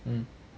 mm